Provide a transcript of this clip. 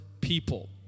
people